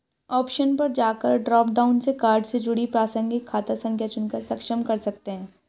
option पर जाकर drop down से कार्ड से जुड़ी प्रासंगिक खाता संख्या चुनकर सक्षम कर सकते है